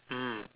mm